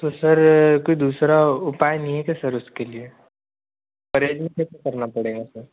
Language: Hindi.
तो सर कोई दूसरा उपाय नहीं है क्या सर उसके लिए रेन्यू करना पड़ेगा सर